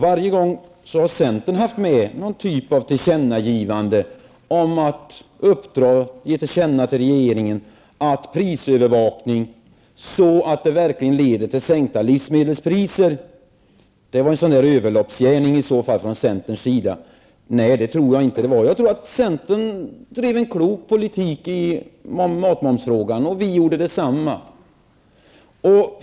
Varje gång har centern haft med någon typ av tillkännagivande om prisövervakning, att man skall uppdra eller ge regeringen till känna, så att det verkligen leder til sänkta livsmedelspriser. Det var i så fall en sådan där överloppsgärning från centerns sida. Nej, det tror jag inte att det var. Centern drev en klok politik i matmomsfrågan, och vi gjorde detsamma.